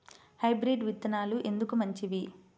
Hybrid విత్తనాలు ఎందుకు మంచివి?